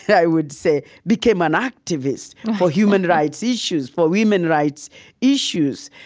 i would say, became an activist for human rights issues, for women's rights issues.